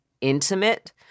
intimate